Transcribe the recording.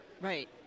Right